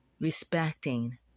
respecting